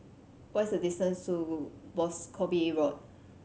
what's the distance to Boscombe Road